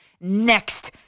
next